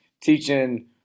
Teaching